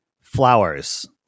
flowers